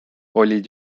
olid